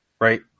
right